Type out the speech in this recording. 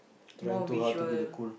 more visual